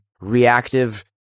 reactive